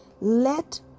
let